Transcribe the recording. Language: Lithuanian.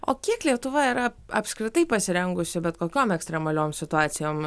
o kiek lietuva yra apskritai pasirengusi bet kokiom ekstremaliom situacijom